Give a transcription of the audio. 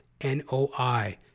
N-O-I